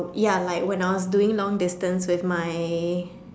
ya like when I was doing long distance with my